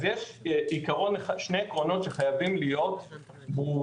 אז יש שני עקרונות שחייבים להיות ברורים: